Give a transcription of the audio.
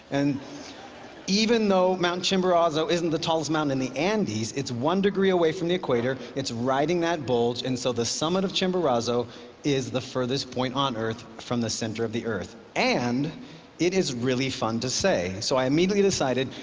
and even though mount chimborazo isn't the tallest mountain in the andes, it's one degree away from the equator, it's riding that bulge, and so the summit of chimborazo is the farthest point on earth from the center of the earth. and it is really fun to say. so i immediately decided,